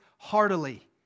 heartily